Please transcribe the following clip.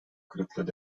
kırıklığı